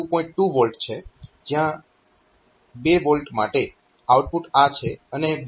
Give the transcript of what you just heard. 2 V છે જયાં 2 V માટે આઉટપુટ આ છે અને 2